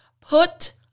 put